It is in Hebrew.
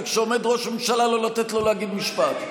וכשעומד ראש ממשלה לא לתת לו להגיד משפט.